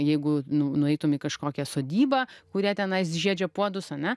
jeigu nu nueitum į kažkokią sodybą kurie tenais žiedžia puodus ane